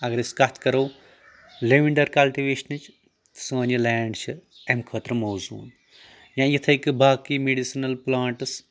اگر أسۍ کتھ کرو لیونڈر کلٹِویشنٕچ سون یہِ لینٛڈ چھِ امہِ خٲطرٕ موضوٗن یا یِتھٕے کٔنۍ باقٕے میڈسنل پٕلانٹٕس